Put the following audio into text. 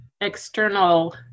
external